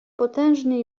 potężnie